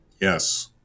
Yes